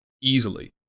easily